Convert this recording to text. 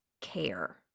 care